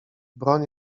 broń